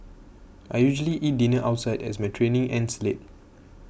I usually eat dinner outside as my training ends late